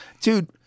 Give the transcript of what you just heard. dude